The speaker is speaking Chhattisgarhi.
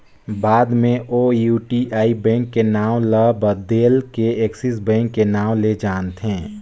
बाद मे ओ यूटीआई बेंक के नांव ल बदेल के एक्सिस बेंक के नांव ले जानथें